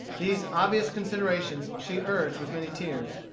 these obvious considerations she urged with many tears.